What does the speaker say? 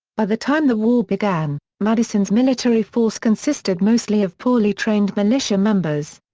by the time the war began, madison's military force consisted mostly of poorly trained militia members.